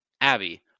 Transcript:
Abby